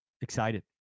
excited